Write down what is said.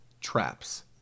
traps